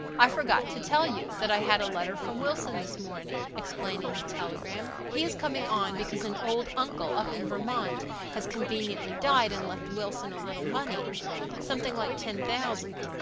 i forgot to tell you that i had a letter from wilson, this morning, explaining his telegram. he is coming on because an old uncle up in vermont has conveniently died and left wilson a little money something like ten thousand.